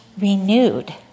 renewed